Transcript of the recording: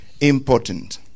important